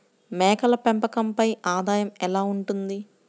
మేకల పెంపకంపై ఆదాయం ఎలా ఉంటుంది?